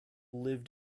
lived